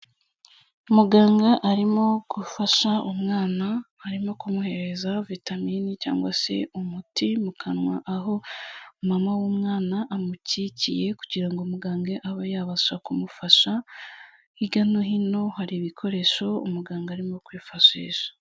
Umuganga arimo gufasha umwana, arimo kumuhereza vitamini cyangwa se umuti mu kanwa, aho mama w'umwana amukikiye kugira ngo muganga abe yabasha kumufasha, hirya no hino hari ibikoresho umuganga arimo kwifashisha.